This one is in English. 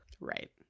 right